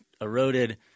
eroded